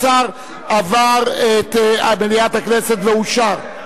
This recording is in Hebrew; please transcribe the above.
13). נא להצביע.